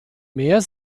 mehr